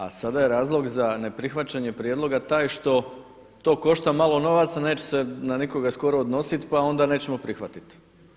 A sada je razlog za neprihvaćanje prijedloga taj što to košta malo novaca a neće se na nikoga skoro odnositi pa onda nećemo prihvatiti.